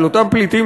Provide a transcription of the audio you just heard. של אותם פליטים,